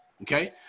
okay